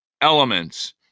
elements